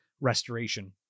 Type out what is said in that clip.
restoration